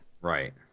Right